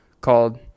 called